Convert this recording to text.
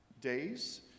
days